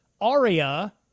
Aria